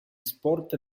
sport